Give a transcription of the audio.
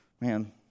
man